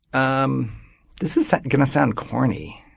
um this is going to sound corny,